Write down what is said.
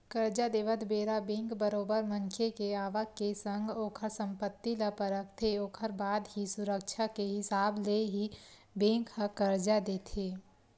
करजा देवत बेरा बेंक बरोबर मनखे के आवक के संग ओखर संपत्ति ल परखथे ओखर बाद ही सुरक्छा के हिसाब ले ही बेंक ह करजा देथे